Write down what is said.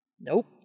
Nope